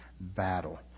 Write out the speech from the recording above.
battle